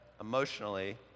emotionally